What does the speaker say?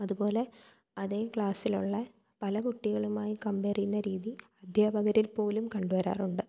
അതുപോലെ അതേ ക്ലാസ്സിലുള്ള പല കുട്ടികളുമായി കംപേർ ചെയ്യുന്ന രീതി അദ്ധ്യാപകരിൽ പോലും കണ്ട് വരാറുണ്ട്